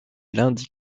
lundi